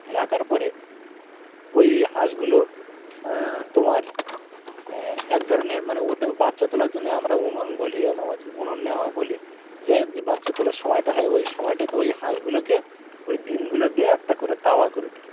রাখার পরে ওই হাঁসগুলো তোমার এক ধরনের মানে ওদের বাচ্চা তোলার জন্যে আমরা উনুন বলি এ নেওয়া উনুন নেওয়া বলি যাই হোক যে বাচ্চা তোলার সময়টা হয় ওই সময়টাকে ওই হাঁসগুলোকে ওই ডিমগুলো দিয়ে একটা করে তাওয়া করে দিই